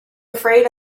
afraid